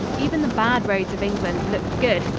even the bad roads of england looked good,